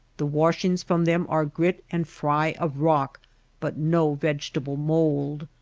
the washings from them are grit and fry of rock but no vegetable mould.